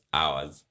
hours